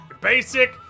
basic